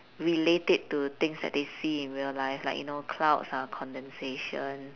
relate it to things that they see in real life like you know clouds are condensation